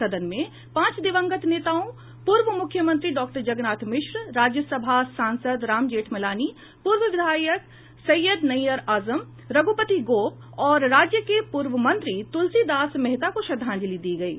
सदन में पांच दिवंगत नेताओं पूर्व मुख्यमंत्री डॉक्टर जगन्नाथ मिश्र राज्य सभा सांसद राम जेठमलानी पूर्व विधायक सैयद नैय्यर आजम रघुपति गोप और राज्य के पूर्व मंत्री तुलसी दास मेहता को श्रद्धांजलि दी गयी